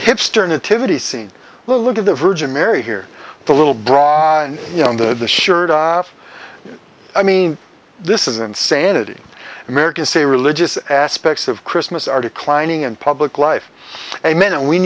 scene well look at the virgin mary here the little bra you know the shirt off i mean this is insanity american say religious aspects of christmas are declining and public life amen and we